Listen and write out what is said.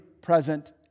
present